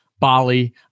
Bali